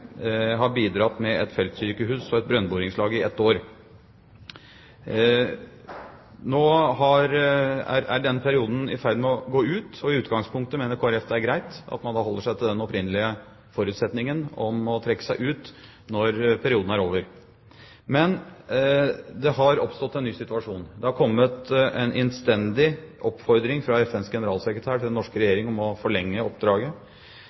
et brønnboringslag i ett år. Nå er den perioden i ferd med å gå ut, og i utgangspunktet mener Kristelig Folkeparti det er greit at man da holder seg til den opprinnelige forutsetningen om å trekke seg ut når perioden er over. Men det har oppstått en ny situasjon. Det har kommet en innstendig oppfordring fra FNs generalsekretær til den norske regjering om å forlenge oppdraget,